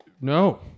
No